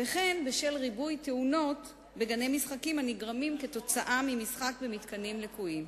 וכן בשל ריבוי תאונות בגני משחקים הנגרמות ממשחק במתקנים לקויים.